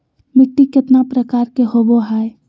मिट्टी केतना प्रकार के होबो हाय?